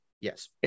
Yes